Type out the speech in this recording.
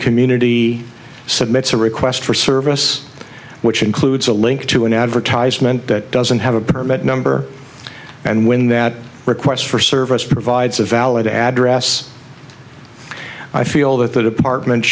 community submits a request for service which includes a link to an advertisement that doesn't have a permit number and when that request for service provides a valid address i feel that the department